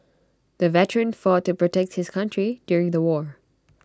the veteran fought to protect his country during the war